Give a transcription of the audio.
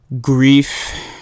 grief